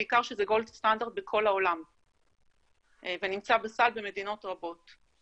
בעיקר שזה גולד סטנדרט בכל העולם ונמצא בסל במדינות רבות.